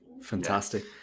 Fantastic